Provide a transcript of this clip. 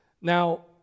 Now